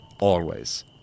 always